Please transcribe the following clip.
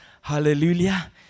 Hallelujah